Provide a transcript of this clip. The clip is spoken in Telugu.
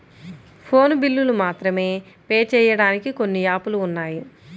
ఫోను బిల్లులు మాత్రమే పే చెయ్యడానికి కొన్ని యాపులు ఉన్నాయి